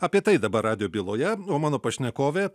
apie tai dabar radijo byloje o mano pašnekovė